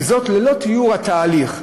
ללא תיאור התהליך.